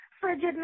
frigid